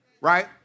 right